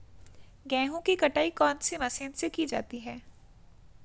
गेहूँ की कटाई कौनसी मशीन से की जाती है?